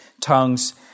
tongues